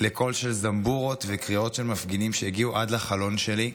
לקול של זמבורות וקריאות של מפגינים שהגיעו עד לחלון שלי,